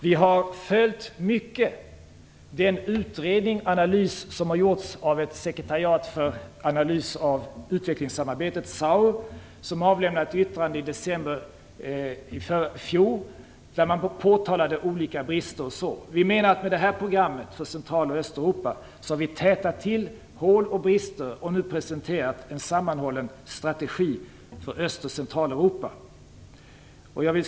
Vi har följt den utredning och analys som har gjorts av ett sekretariat för analys av utvecklingssamarbete, SAU. De avlämnade ett yttrande i december i förfjol. Där påtalade de olika brister. Vi menar att vi har tätat till hål och brister med det här programmet för Central och Östeuropa. Nu har vi presenterat en sammanhållen strategi för Öst och Herr talman!